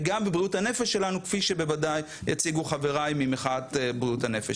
וגם בבריאות הנפש שלנו כפי שבוודאי יציגו חברי ממחאת בריאות הנפש,